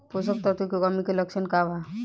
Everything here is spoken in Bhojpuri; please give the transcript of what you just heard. पोषक तत्व के कमी के लक्षण का वा?